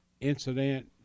incident